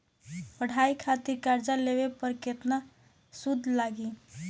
पढ़ाई खातिर कर्जा लेवे पर केतना सूद लागी?